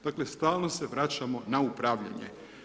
Dakle stalno se vraćamo na upravljanje.